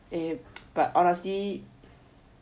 eh but honestly amazing race online